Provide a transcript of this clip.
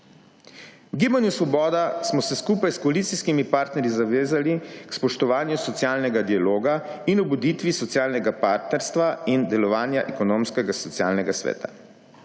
V Gibanju Svoboda smo se skupaj s koalicijskimi partnerji zavezali k spoštovanju socialnega dialoga in ugoditvi socialnega partnerstva in delovanja ekonomsko-socialnega sveta.